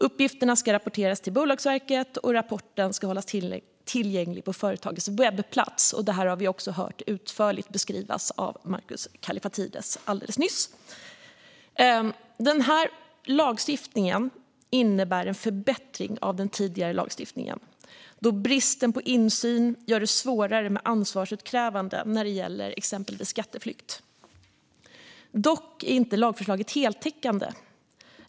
Uppgifterna ska rapporteras till Bolagsverket, och rapporten ska hållas tillgänglig på företagets webbplats. Detta har vi alldeles nyss hört utförligt beskrivas av Markus Kallifatides. Denna lagstiftning innebär en förbättring av den tidigare lagstiftningen, då bristen på insyn gör det svårare med ansvarsutkrävande när det gäller exempelvis skatteflykt. Dock är inte lagförslaget heltäckande.